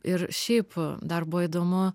ir šiaip dar buvo įdomu